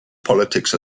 politics